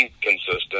consistent